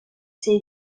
цей